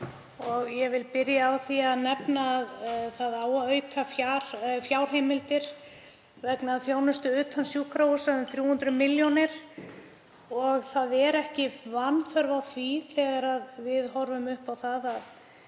Ég vil byrja á því að nefna að það á að auka fjárheimildir vegna þjónustu utan sjúkrahúsa um 300 milljónir og er ekki vanþörf á þegar við horfum upp á það að